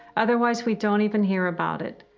otherwise we don't even hear about it.